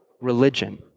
religion